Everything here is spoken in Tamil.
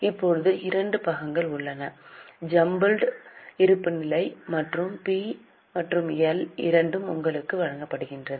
இப்போது இரண்டு பாகங்கள் உள்ளன ஜம்பிள்ட் இருப்புநிலை மற்றும் பி மற்றும் எல் இரண்டும் உங்களுக்கு வழங்கப்பட்டுள்ளன